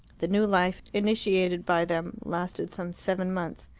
the new life initiated by them lasted some seven months.